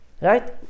Right